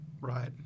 Right